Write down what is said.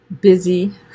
Busy